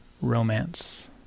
romance